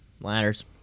ladders